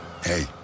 Hey